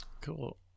cool